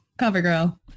CoverGirl